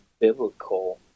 biblical